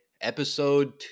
Episode